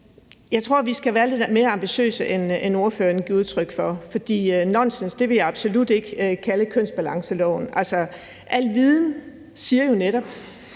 Jeg tror, vi skal være lidt mere ambitiøse, end ordføreren giver udtryk for, for nonsens vil jeg absolut ikke kalde kønsbalanceloven. Al viden siger jo netop,